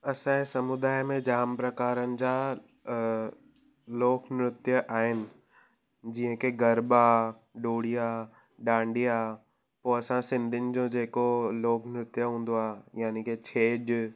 असांजे समुदाय में जाम प्रकारनि जा लोक नृत्य आहिनि जीअं के गरबा धुरिया डांडिया पोइ असां सिंधियुनि जो जेको लोक नृत्य हूंदो आहे यानी के छेज